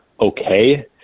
okay